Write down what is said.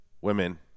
Women